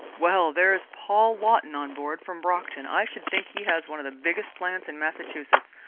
well, there's paul lawton on board, from brockton. i should think he has one of the biggest plants in massachusetts.